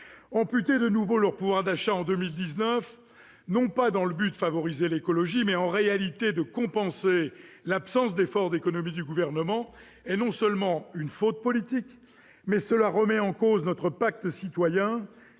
Amputer de nouveau leur pouvoir d'achat en 2019, dans le but non pas de favoriser l'écologie, mais, en réalité, de compenser l'absence d'efforts d'économies du Gouvernement, est une faute politique, mais remet même en cause notre pacte citoyen.